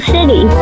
City